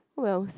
oh wells